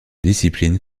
discipline